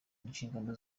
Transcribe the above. inshingano